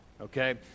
okay